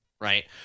right